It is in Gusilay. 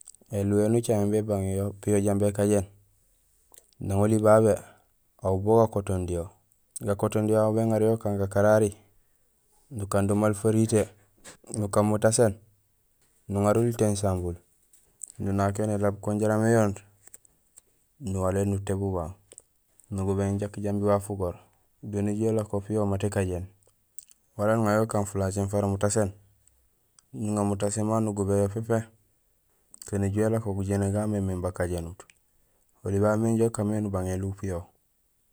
Ēluw éni ucaméén bébang yo piyo jambi ékajéén, nang oli babé, wa bo gakotondi yo. Gakotondi aw béŋaar yo ukaan gakarari, nukando maal faritee, nukaan mutaséén, nuŋaar ulitéén sambun, nunaak yo nélaab kun jaraam éyonde, nuwaléén nutééb ubang, nugubéén ják jambi waaf ugoor. Do néjuhé élako piyo maat ékajéén, wala nuŋayo ukaan falacéén fara mutaséén nuŋaar mutaséén mamu nugubéén yo pépé, to néjuhé élako gujééna gamémééŋ bakajénut. Oli babé mé inja ukaan mémé nubang éluw piyo.